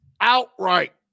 outright